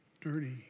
dirty